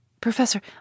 Professor